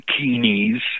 bikinis